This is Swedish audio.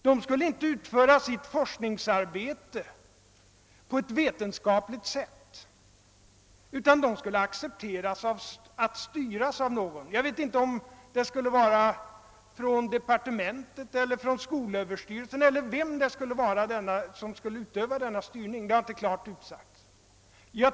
De skulle inte utföra sitt forskningsarbete på ett vetenskapligt sätt, utan de skulle acceptera att styras av någon — jag vet inte om det är av departementet eller av skolöverstyrelsen; vem som skulle utöva denna styrning har inte klart utsagts.